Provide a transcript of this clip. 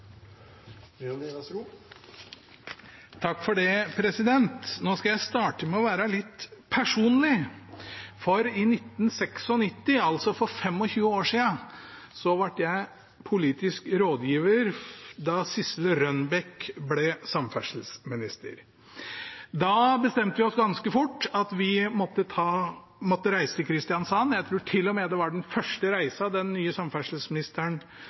Nå skal jeg starte med å være litt personlig, for i 1996, altså for 25 år siden, ble jeg politisk rådgiver da Sissel Rønbeck ble samferdselsminister. Da bestemte vi oss ganske fort for at vi måtte reise til Kristiansand – jeg tror til og med det var den første reisen den nye samferdselsministeren